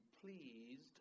pleased